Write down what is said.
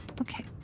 okay